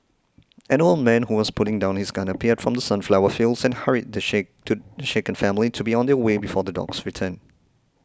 an old man who was putting down his gun appeared from the sunflower fields and hurried the shaken to shaken family to be on their way before the dogs return